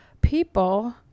people